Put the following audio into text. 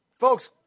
Folks